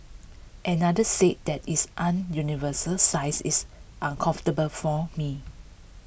another said that its an universal size is uncomfortable for me